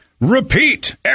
repeat